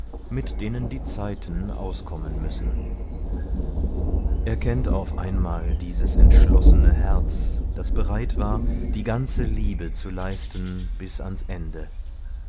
mit denen die zeiten auskommen müssen er kennt auf einmal dieses entschlossene herz das bereit war die ganze liebe zu leisten bis ans ende